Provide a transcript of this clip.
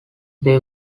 they